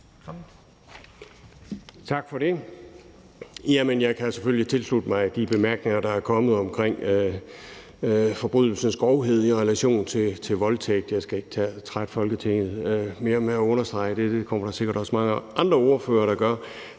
Tak for det. Jeg kan selvfølgelig tilslutte mig de bemærkninger, der er kommet omkring forbrydelsens grovhed i relation til voldtægt. Jeg skal ikke trætte Folketinget mere med at understrege dette – det kommer der sikkert også mange andre ordførere der gør.